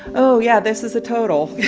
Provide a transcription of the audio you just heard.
oh, yeah. this is a total.